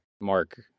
mark